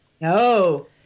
No